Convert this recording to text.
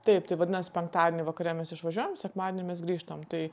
taip tai vadinas penktadienį vakare mes išvažiuojam sekmadienį mes grįžtam tai